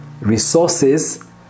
Resources